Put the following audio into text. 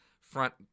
front